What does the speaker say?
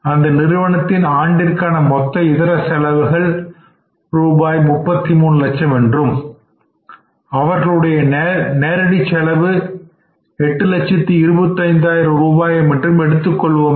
அந்த நிறுவனத்தின் ஆண்டிற்கான மொத்த இதர செலவுகள் ரூபாய் 33 லட்சம் என்றும் அவர்களுடைய நேரடி செலவு ரூபாய் 8 லட்சத்து 25 ஆயிரம் என்றும் எடுத்துக் கொள்வோமாக